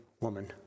woman